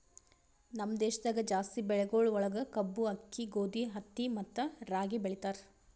ನಮ್ ದೇಶದಾಗ್ ಜಾಸ್ತಿ ಬೆಳಿಗೊಳ್ ಒಳಗ್ ಕಬ್ಬು, ಆಕ್ಕಿ, ಗೋದಿ, ಹತ್ತಿ ಮತ್ತ ರಾಗಿ ಬೆಳಿತಾರ್